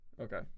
Okay